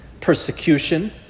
persecution